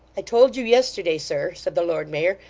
i told you yesterday, sir said the lord mayor,